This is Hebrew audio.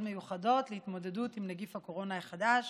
מיוחדות להתמודדות עם נגיף הקורונה החדש